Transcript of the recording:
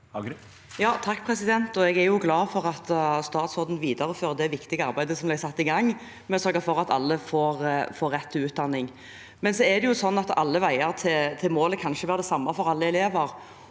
(H) Jeg er glad for at statsråden viderefører det viktige arbeidet som er satt i gang, ved å sørge for at alle får rett til utdanning, men så er det slik at veien til målet ikke kan være den samme for alle elever.